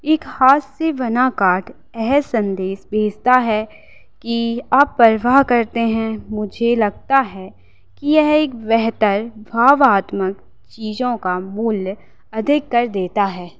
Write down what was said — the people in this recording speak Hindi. एक हाथ से बना काट ऐह संदेश भेजता है कि आप परवाह करते हैं मुझे लगता है कि यह एक बेहतर भावात्मक चीज़ों का मूल्य अधिक कर देता है